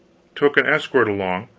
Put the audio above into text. took an escort along,